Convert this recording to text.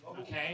Okay